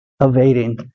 evading